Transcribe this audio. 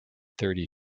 thirty